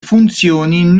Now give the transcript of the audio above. funzioni